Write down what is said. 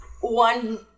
One